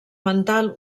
mental